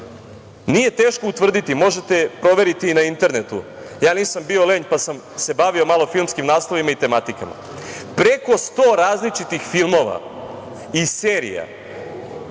teško utvrditi, možete proveriti i na internetu. Ja nisam bio lenj, pa sam se bavio malo filmskim naslovima i tematikom. Preko 100 različitih filmova i serija